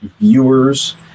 viewers